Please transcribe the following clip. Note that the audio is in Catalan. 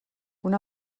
una